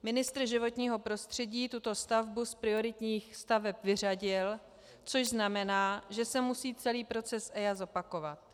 Ministr životního prostředí tuto stavbu z prioritních staveb vyřadil, což znamená, že se musí celý proces EIA zopakovat.